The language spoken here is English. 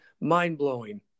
mind-blowing